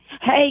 Hey